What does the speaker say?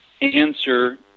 answer